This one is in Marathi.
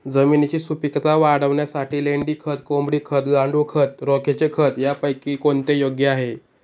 जमिनीची सुपिकता वाढवण्यासाठी लेंडी खत, कोंबडी खत, गांडूळ खत, राखेचे खत यापैकी कोणते योग्य आहे?